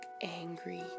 angry